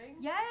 Yes